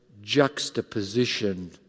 juxtaposition